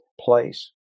place